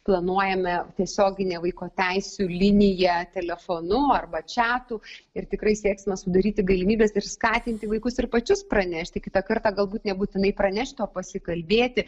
planuojame tiesioginę vaiko teisių liniją telefonu arba čiatu ir tikrai sieksime sudaryti galimybes ir skatinti vaikus ir pačius pranešti kitą kartą galbūt nebūtinai pranešti o pasikalbėti